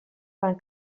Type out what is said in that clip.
van